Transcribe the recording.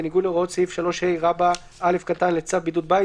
בניגוד להוראות סעיף 3ה(א) לצו בידוד בית,